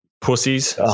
pussies